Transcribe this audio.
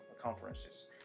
conferences